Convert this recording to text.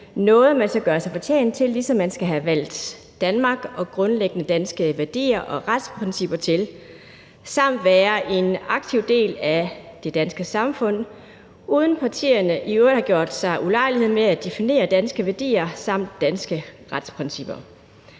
noget, man skal gøre sig fortjent til, ligesom man skal have valgt Danmark og grundlæggende danske værdier og retsprincipper til, samt at man skal være en aktiv del af det danske samfund, uden at partierne i øvrigt har gjort sig ulejlighed med at definere danske værdier samt danske retsprincipper.